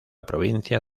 provincia